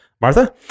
Martha